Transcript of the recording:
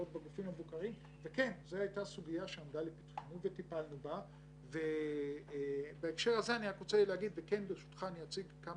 הדברים שביקשת מצוותי הביקורת הוא להציג כמה